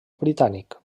britànic